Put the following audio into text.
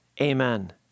Amen